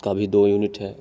के भी दो यूनिट है